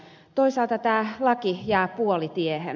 toisaalta tämä laki jää puolitiehen